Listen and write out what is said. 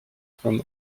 from